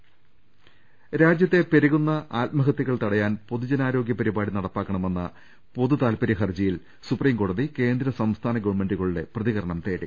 രുട്ട്ട്ട്ട്ട്ട്ട്ട്ട രാജ്യത്തെ പെരുകുന്ന ആത്മഹത്യകൾ തടയാൻ പൊതുജനാരോഗ്യ പരിപാടി നടപ്പാക്കണമെന്ന പൊതുതാല്പരൃ ഹർജിയിൽ സുപ്രീംകോടതി കേന്ദ്ര സംസ്ഥാന ഗവൺമെന്റുകളുടെ പ്രതികരണം തേടി